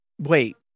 Wait